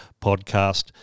podcast